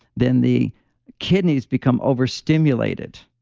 then the kidneys become overstimulated